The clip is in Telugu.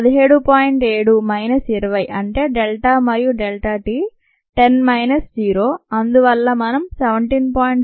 7 మైనస్ 20 అంటే డెల్టా మరియు డెల్టా t 10 మైనస్ 0 అందువల్ల మనం 17